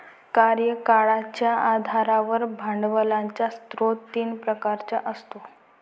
कार्यकाळाच्या आधारावर भांडवलाचा स्रोत तीन प्रकारचा असतो